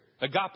Agape